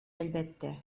әлбәттә